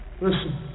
Listen